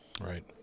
right